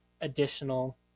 additional